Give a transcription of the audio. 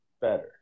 better